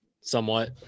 somewhat